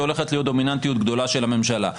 שהולכת להיות דומיננטיות גדולה של הממשלה.